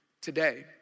today